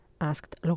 asked